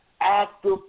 active